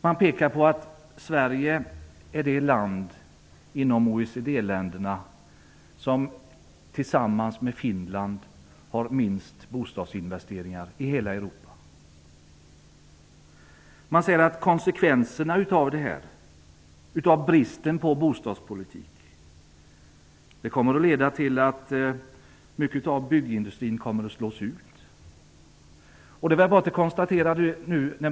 Man pekar på att Sverige är det land inom OECD länderna som tillsammans med Finland har minst bostadsinvesteringar i hela Europa. Man säger att konsekvenserna av bristen på bostadspolitik kommer att bli att mycket av byggindustrin slås ut.